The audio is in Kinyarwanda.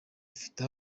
ifite